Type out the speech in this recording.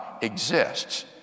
exists